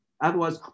otherwise